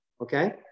okay